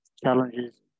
challenges